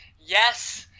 Yes